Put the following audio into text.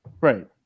right